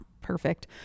perfect